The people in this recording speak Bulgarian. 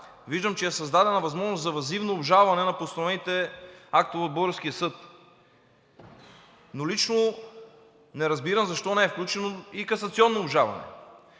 виждам, че е създадена възможност за въззивно обжалване на постановените актове от българския съд, но лично не разбирам защо не е включено и касационно обжалване.